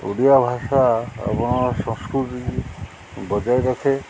ଓଡ଼ିଆ ଭାଷା ଆମ ସଂସ୍କୃତି ବଜାୟ ରଖେ